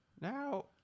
Now